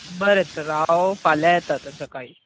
बरें तर हांव फाल्या येता तर सकाळीं